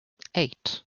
eight